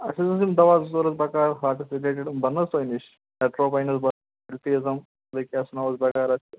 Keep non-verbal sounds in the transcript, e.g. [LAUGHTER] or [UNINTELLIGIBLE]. اَسہِ حظ ٲسۍ یِم دَواہ زٕ ژور حٲز بَکار ہاٹس رِلیٹِڑ إم بَننہٕ حظ تۄہہ نِش ایٹروبَینل [UNINTELLIGIBLE] لَیک ایبسٕمال وَغیرہ